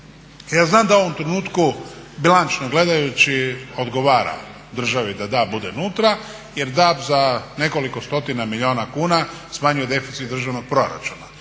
Ja znam da u ovom trenutku bilančno gledajući odgovara državi da DAB bude unutra jer DAB za nekoliko stotina milijuna kuna smanjuje deficit državnog proračuna.